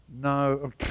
No